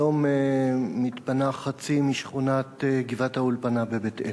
היום מתפנה חצי משכונת גבעת-האולפנה בבית-אל.